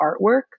artwork